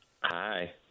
Hi